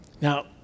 Now